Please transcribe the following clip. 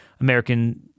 American